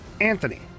Anthony